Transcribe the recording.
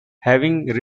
having